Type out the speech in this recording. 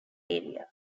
area